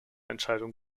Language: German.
entscheidung